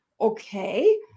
okay